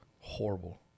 Horrible